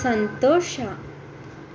ಸಂತೋಷ